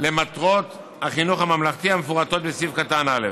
למטרות החינוך הממלכתי המפורטות בסעיף קטן (א),